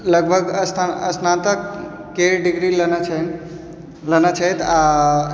लगभग स्नात स्नातकके डिग्री लेने छनि लेने छथि